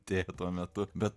tėtį tuo metu bet